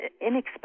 inexpensive